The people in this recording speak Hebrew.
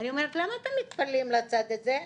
אני אומרת: למה אתם מתפללים לצד הזה?